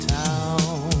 town